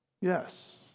Yes